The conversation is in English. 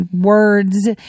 words